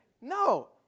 No